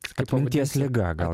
atminties liga gal